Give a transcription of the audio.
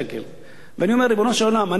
אני אומר: ריבונו של עולם, אני אומר לך, משה,